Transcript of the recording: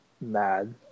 mad